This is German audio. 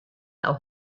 auf